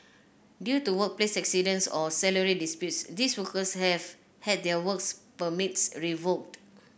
due to workplace accidents or salary disputes these workers have had their works permits revoked